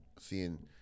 Seeing